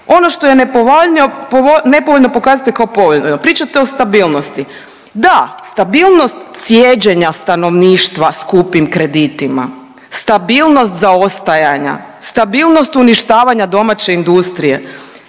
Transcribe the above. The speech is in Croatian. ono što je nepovoljno pokazujete kao povoljno. Pričate o stabilnosti, da, stabilnost cijeđenja stanovništva skupim kreditima, stabilnost zaostajanja, stabilnost uništavanja domaće industrije.